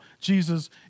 Jesus